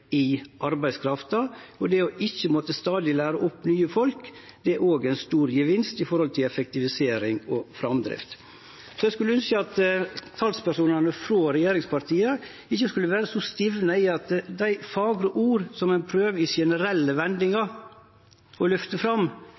i arbeidskrafta. Det å ikkje stadig måtte lære opp nye folk, er òg ein stor gevinst med tanke på effektivisering og framdrift. Eg skulle ønskt at talspersonane frå regjeringspartia ikkje var så stivna, ved at dei fagre orda som ein i generelle vendingar prøvar å løfte fram,